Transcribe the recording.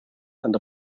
and